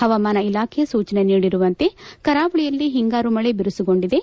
ಪವಾಮಾನ ಇಲಾಖೆ ಸೂಚನೆ ನೀಡಿರುವಂತೆ ಕರಾವಳಿಯಲ್ಲಿ ಒಂಗಾರು ಮಳೆ ಬಿರುಸುಗೊಂಡಿದೆ